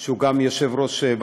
כבוד היושב-ראש,